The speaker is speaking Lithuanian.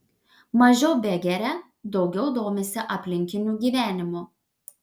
mažiau begeria daugiau domisi aplinkiniu gyvenimu